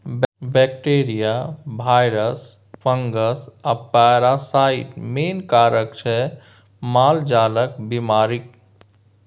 bacteria, virus, fungus आ parasite main कारक छै मालजालक बेमारीक